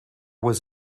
was